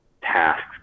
tasks